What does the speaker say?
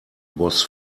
was